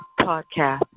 Podcast